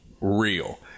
Real